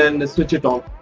and switch it on.